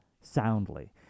soundly